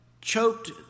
choked